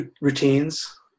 routines